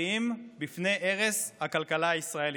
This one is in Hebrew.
מתריעים מפני הרס הכלכלה הישראלית,